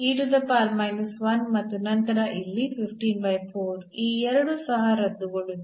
ಮತ್ತು ನಂತರ ಇಲ್ಲಿ ಈ ಎರಡು ಸಹ ರದ್ದುಗೊಳ್ಳುತ್ತದೆ